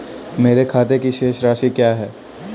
मेरे खाते की शेष राशि क्या है?